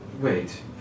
Wait